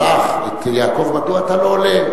המלאך את יעקב: מדוע אתה לא עולה?